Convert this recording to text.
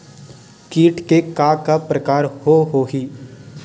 कीट के का का प्रकार हो होही?